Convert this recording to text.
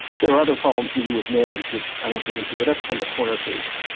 there are other problems to do with nans that i won't get into, but that's kind of a corner case,